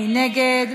מי נגד?